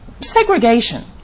Segregation